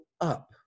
up